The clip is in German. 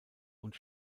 und